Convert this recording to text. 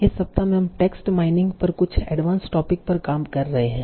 इस सप्ताह में हम टेक्स्ट माइनिंग पर कुछ एडवांस्ड टॉपिक्स पर काम कर रहे हैं